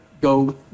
go